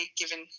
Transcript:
given